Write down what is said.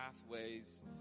pathways